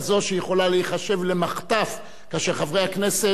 שיכולה להיחשב למחטף כאשר חברי הכנסת,